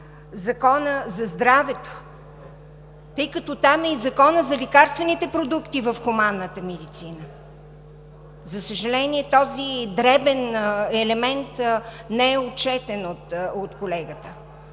Закона за здравето, тъй като там е и Законът за лекарствените продукти в хуманната медицина. За съжаление, този дребен елемент не е отчетен от колегата.